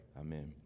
Amen